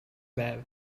байв